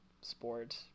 sport